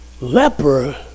leper